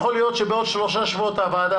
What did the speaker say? יכול להיות שבעוד שלושה שבועות הוועדה